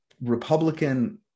Republican